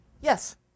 yes